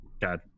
god